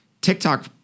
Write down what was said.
TikTok